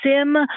SIM